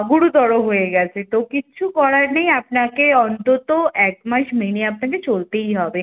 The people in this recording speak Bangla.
গুরুতর হয়ে গেছে তো কিচ্ছু করার নেই আপনাকে অন্তত এক মাস মেনে আপনাকে চলতেই হবে